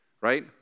right